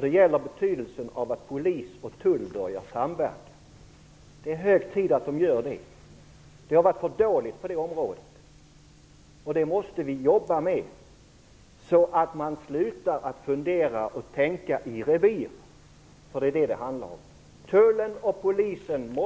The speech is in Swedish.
Det gäller betydelsen av att polis och tull börjar samverka. Det är hög tid att de gör det. Det har varit för dåligt på det området. Det måste vi jobba med så att man slutar att tänka i revir. Det är vad det handlar om. Tullens och polisens